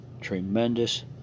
Tremendous